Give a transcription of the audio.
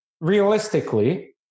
realistically